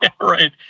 right